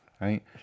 Right